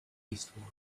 eastward